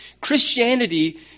Christianity